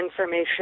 information